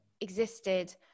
existed